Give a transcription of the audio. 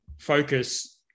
focus